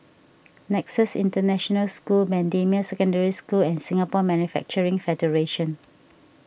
Nexus International School Bendemeer Secondary School and Singapore Manufacturing Federation